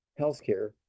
healthcare